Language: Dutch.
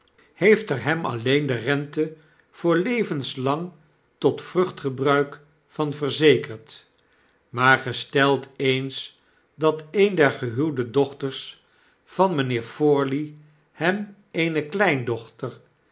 heeft er hem alleen de rente voor levenslang tot vruchtgebruik van verzekerd maar gesteld eens dat een der gehuwde dochters van mynheer forley hem eene kleindochter